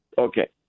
Okay